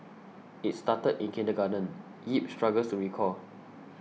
it started in kindergarten Yip struggles to recall